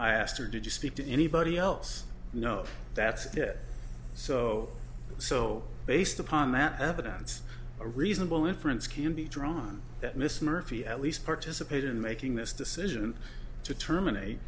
i asked her did you speak to anybody else you know that said so so based upon that evidence a reasonable inference can be drawn that miss murphy at least participated in making this decision to terminate